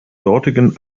dortigen